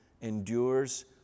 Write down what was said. endures